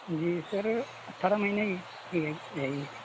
جی sir اٹھارہ مہینے کی رہے گی